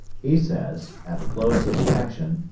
he says, at the close of the action,